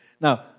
Now